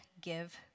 give